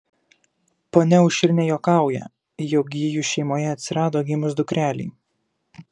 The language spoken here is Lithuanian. ponia aušrinė juokauja jog ji jų šeimoje atsirado gimus dukrelei